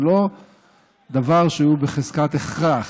זה לא דבר שהוא בחזקת הכרח,